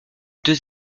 deux